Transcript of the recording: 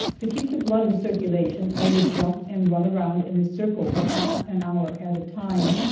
to keep the blood in circulation i would jump and run around in a circle for half an hour at a time.